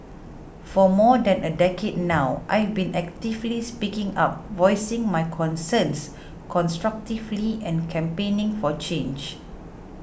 for more than a decade now I've been actively speaking up voicing my concerns constructively and campaigning for change